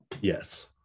Yes